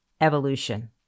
evolution